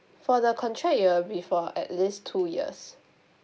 for the contract it'll be for at least two years